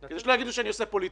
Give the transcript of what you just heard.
כדי שלא יגידו שאני עושה פוליטיקה,